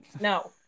No